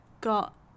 got